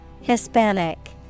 Hispanic